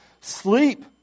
Sleep